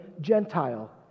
Gentile